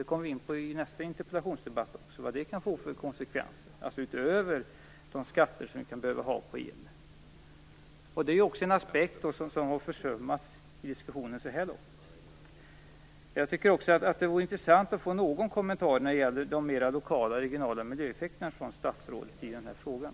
Vad det kan få för konsekvenser, utöver de skatter vi kan behöva ha på el, kommer vi in på i nästa interpellationsdebatt. Detta är en aspekt som har försummats i diskussionen så här långt. Jag tycker också att det vore intressant att få en kommentar från statsrådet när det gäller de mera regionala och lokala miljöeffekterna i den här frågan.